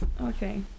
Okay